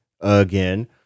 again